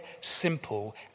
simple